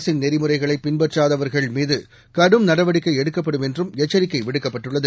அரசின் நெறிமுறைகளை பின்பற்றாதவர்கள் மீது கடும் நடவடிக்கை எடுக்கப்படும் என்றும் எச்சரிக்கை விடுக்கப்பட்டுள்ளது